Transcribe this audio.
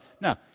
Now